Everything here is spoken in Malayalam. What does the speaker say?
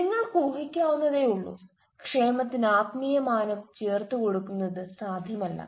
നിങ്ങൾക്ക് ഊഹിക്കാവുന്നതേയുള്ളൂ ക്ഷേമത്തിന് ആത്മീയ മാനം ചേർത്തുകൊടുക്കുന്നത് സാധ്യമല്ല